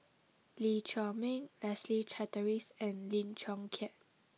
Lee Chiaw Meng Leslie Charteris and Lim Chong Keat